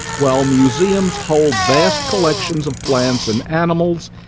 while museums hold vast collections of plants and animals,